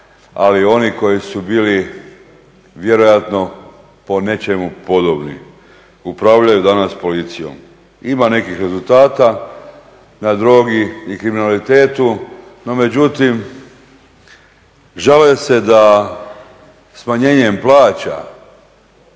ali oni koji su bili vjerojatno po nečemu podobni upravljaju danas policijom. Ima nekih rezultata na drogi i kriminalitetu no međutim žale se da smanjenjem plaća